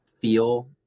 feel